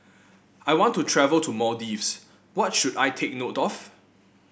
I want to travel to Maldives what should I take note of